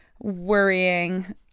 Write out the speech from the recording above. worrying